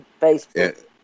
Facebook